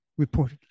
reportedly